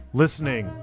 listening